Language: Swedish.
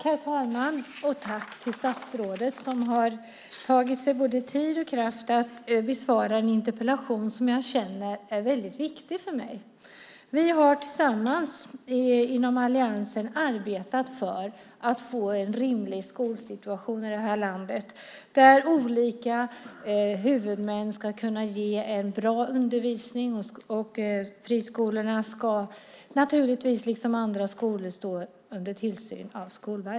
Herr talman! Jag tackar statsrådet som har tagit sig både tid och kraft att besvara en interpellation som jag känner är väldigt viktig för mig. Vi har tillsammans inom alliansen arbetat för att få en rimlig skolsituation i det här landet, där olika huvudmän ska kunna ge en bra undervisning. Friskolorna ska naturligtvis liksom andra skolor stå under tillsyn av Skolverket.